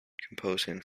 composing